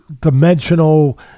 dimensional